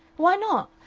why not?